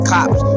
Cops